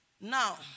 Now